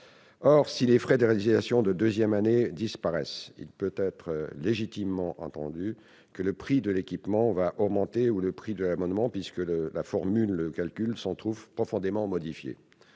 Or, si les frais de résiliation de deuxième année disparaissent, il peut être légitimement entendu que le prix de l'équipement ou de l'abonnement va augmenter, la formule de calcul s'en trouvant profondément modifiée.